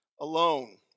alone